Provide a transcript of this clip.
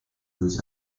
his